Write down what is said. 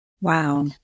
Wow